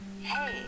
Hey